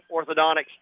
Orthodontics